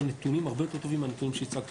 נתונים הרבה יותר טובים מהנתונים שהצגתי